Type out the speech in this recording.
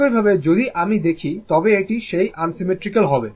একইভাবে যদি আমরা দেখি তবে এটি সেই আনসিমেট্রিক্যাল হবে